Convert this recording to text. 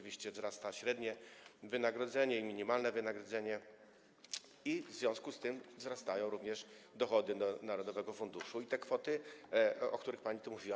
Wzrasta średnie wynagrodzenie i minimalne wynagrodzenie i w związku z tym wzrastają również dochody narodowego funduszu i te kwoty, o których pani tu mówiła.